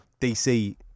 DC